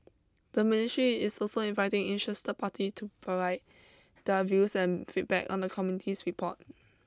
the ministry is also inviting interested party to provide their views and feedback on the committee's report